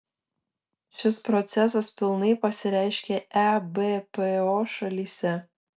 šis procesas pilnai pasireiškė ebpo šalyse